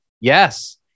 Yes